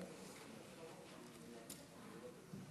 שישה,